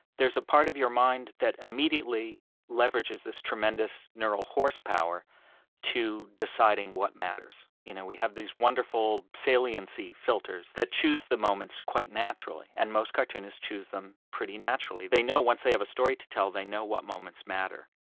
there's a part of your mind that immediately leverages this tremendous neural horsepower to deciding what matters. you know we have these wonderful saliency filters that choose the moments quite naturally, and most cartoonists choose them pretty naturally. they know once they have a story to tell, they know what moments matter,